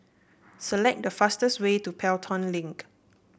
select the fastest way to Pelton Link